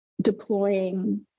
deploying